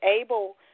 able